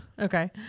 Okay